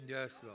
Yes